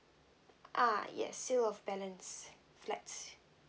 ah yes sale of balance flats